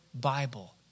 Bible